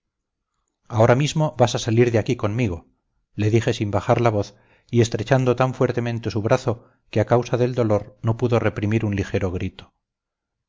ahora mismo vas a salir de aquí conmigo dije sin bajar la voz y estrechando tan fuertemente su brazo que a causa del dolor no pudo reprimir un ligero grito